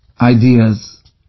ideas